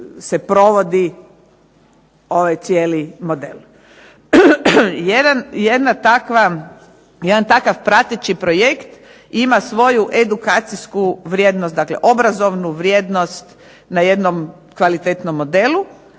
se provodi ovaj cijeli model. Jedan takav prateći projekt ima svoju edukacijsku vrijednost, dakle obrazovnu vrijednost na jednom kvalitetnom modelu,